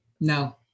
No